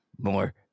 more